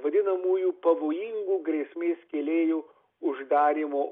vadinamųjų pavojingų grėsmės kėlėjų uždarymo